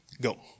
Go